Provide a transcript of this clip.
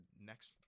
next